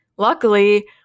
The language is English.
Luckily